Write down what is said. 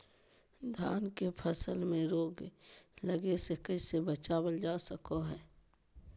धान के फसल में रोग लगे से कैसे बचाबल जा सको हय?